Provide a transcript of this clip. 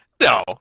No